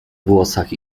włosach